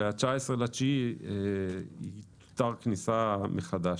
ב-19 בספטמבר תותר כניסה מחדש.